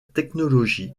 technologie